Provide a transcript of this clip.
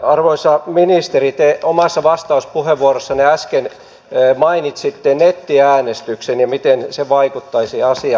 arvoisa ministeri te omassa vastauspuheenvuorossanne äsken mainitsitte nettiäänestyksen ja miten se vaikuttaisi asiaan